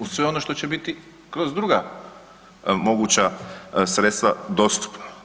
Uz sve ono što će biti kroz druga moguća sredstva dostupno.